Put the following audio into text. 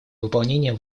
выполнения